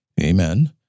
Amen